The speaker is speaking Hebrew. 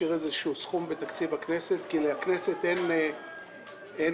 שנשארים בתקציב הכנסת כי לכנסת אין מקורות